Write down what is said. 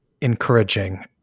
encouraging